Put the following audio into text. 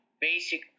basic